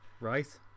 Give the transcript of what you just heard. Right